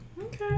Okay